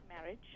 marriage